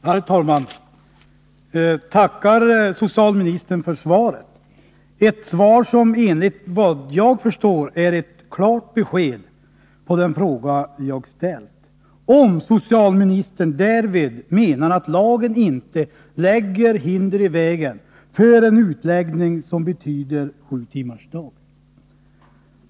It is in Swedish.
Herr talman! Jag tackar socialministern för svaret. Det är ett svar som enligt vad jag förstår ger klart besked på den fråga jag ställt — om socialministern menar att lagen inte lägger hinder i vägen för en utläggning av arbetstiden som betyder sju timmars arbetsdag.